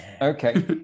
okay